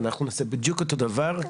ואנחנו נעשה בדיוק את אותו הדבר,